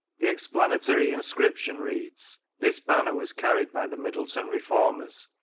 the explanatory inscriprion reads this banner was carried by the middleton reformers,